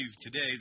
today